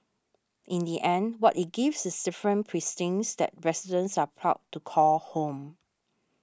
in the end what it gives is different precincts that residents are proud to call home